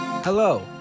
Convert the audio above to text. Hello